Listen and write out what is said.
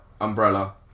umbrella